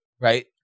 Right